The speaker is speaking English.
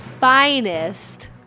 finest